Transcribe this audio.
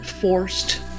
forced